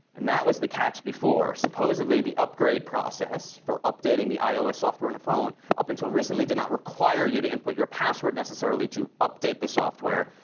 and that was the catch before. supposedly the upgrade process for updating the ios software on and a phone up until recently did not require you to input your password necessarily to update the software.